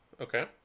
okay